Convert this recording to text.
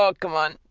ah come on